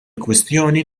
kwestjoni